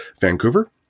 Vancouver